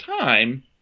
time